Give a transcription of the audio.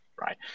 right